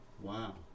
wow